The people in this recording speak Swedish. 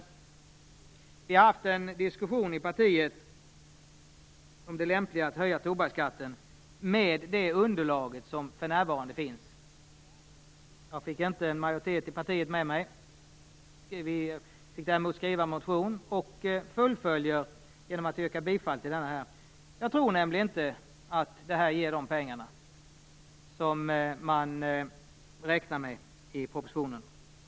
Vi i Vänsterpartiet har haft en diskussion om det lämpliga med att höja tobaksskatten utifrån det underlag som för närvarande finns. Jag fick inte en majoritet i partiet med mig. Däremot blev det en motion. Det hela fullföljs nu genom att jag yrkar bifall till motionen. Jag tror nämligen inte att det här ger de pengar som regeringen räknar med i propositionen.